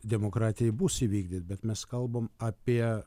demokratijai bus įvykdyt bet mes kalbam apie